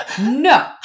no